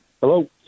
hello